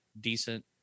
decent